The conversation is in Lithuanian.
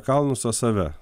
kalnus o save